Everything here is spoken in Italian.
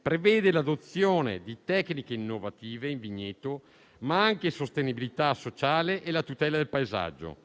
prevede l'adozione di tecniche innovative in vigneto, ma anche la sostenibilità sociale e la tutela del paesaggio.